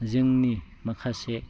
जोंनि माखासे